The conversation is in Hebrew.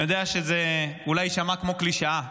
אני יודע שזה אולי יישמע כמו קלישאה,